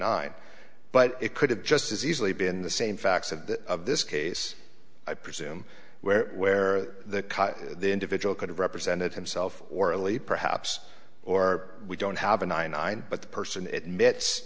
nine but it could have just as easily been the same facts of this case i presume where where the individual could have represented himself orally perhaps or we don't have a ninety nine but the person